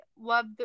love